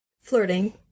Flirting